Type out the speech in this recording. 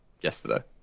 yesterday